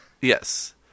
Yes